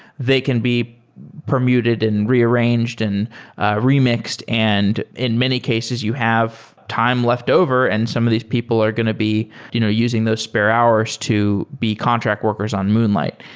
they can be permuted and rearranged and ah re-mixed, and in many cases you have time left over and some of these people are going to be you know using those spare hours to be contract workers on moonlight.